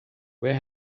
where